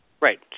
Right